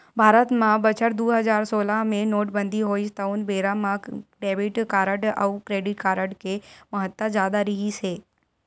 भारत म बछर दू हजार सोलह मे नोटबंदी होइस तउन बेरा म डेबिट कारड अउ क्रेडिट कारड के महत्ता जादा रिहिस हे